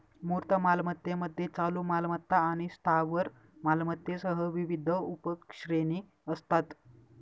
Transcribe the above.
मूर्त मालमत्तेमध्ये चालू मालमत्ता आणि स्थावर मालमत्तेसह विविध उपश्रेणी असतात